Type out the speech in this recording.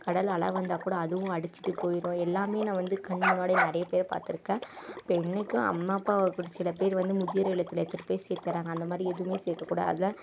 கடல் அலை வந்தால் கூட அதுவும் அடிச்சுட்டு போயிடும் எல்லாமே நான் வந்து கண் முன்னாடியே நிறைய பேரை பார்த்துருக்கேன் இப்போ இன்றைக்கும் அம்மா அப்பாவை சில பேர் வந்து முதியோர் இல்லத்தில் எடுத்துகிட்டு போய் சேர்த்துட்றாங்க அந்த மாதிரி எதுவுமே சேர்க்கக்கூடாது அதை